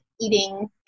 eating